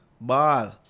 ball